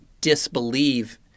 disbelieve